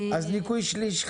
עם ניכוי שליש,